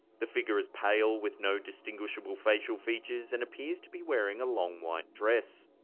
the figure is pale with no distinguishable facial features, and appears to be wearing a long, white dress.